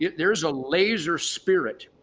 yeah there's a laser spirit.